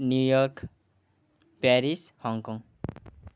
New York Paris Hong Kong